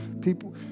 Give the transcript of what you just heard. people